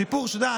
סיפור שאתה יודע,